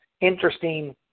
interesting